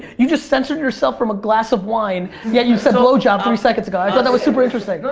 you just censored yourself from a glass of wine yet you said blow job three seconds ago. i thought was super interesting.